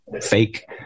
fake